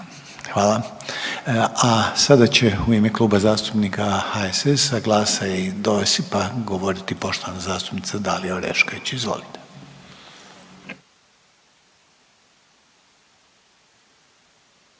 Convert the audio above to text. Hvala. A sada će u ime Kluba zastupnika HSS-a, GLAS-a i DOSIP-a govoriti poštovana zastupnica Dalija Orešković, izvolite.